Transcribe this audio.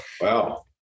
Wow